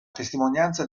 testimonianza